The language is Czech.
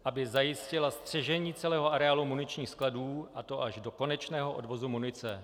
Aby zajistila střežení celého areálu muničních skladů, a to až do konečného odvozu munice.